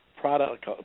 product